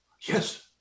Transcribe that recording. Yes